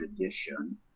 edition